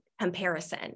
comparison